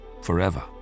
forever